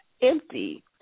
empty